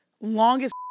longest